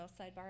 sidebar